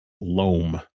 loam